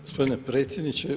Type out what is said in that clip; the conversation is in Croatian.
Gospodine predsjedniče.